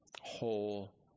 Whole